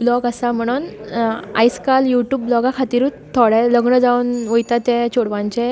blog आसा म्हणून आयज काल यू ट्युब ब्लॉगा खातीरूच थोडें लग्न जावन वयता ते चेडवांचे